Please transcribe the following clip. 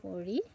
কৰি